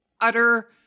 utter